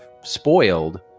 spoiled